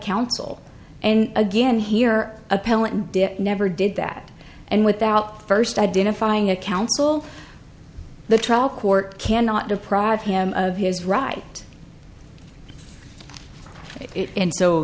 counsel and again here appellant never did that and without first identifying a counsel the trial court cannot deprive him of his right and so